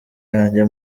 yanjye